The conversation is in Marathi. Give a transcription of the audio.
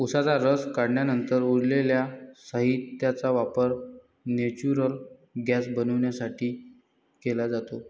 उसाचा रस काढल्यानंतर उरलेल्या साहित्याचा वापर नेचुरल गैस बनवण्यासाठी केला जातो